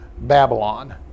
Babylon